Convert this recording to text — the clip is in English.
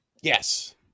yes